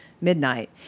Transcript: midnight